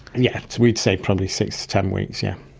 and yes, we'd say probably six to ten weeks, yeah